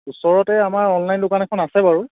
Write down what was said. ওচৰতে আমাৰ অনলাইন দোকান এখন আছে বাৰু